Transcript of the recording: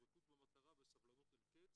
דבקות במטרה וסבלנות אין קץ,